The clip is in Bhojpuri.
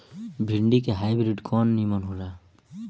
भिन्डी के हाइब्रिड कवन नीमन हो ला?